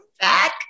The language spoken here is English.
back